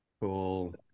Cool